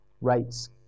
rates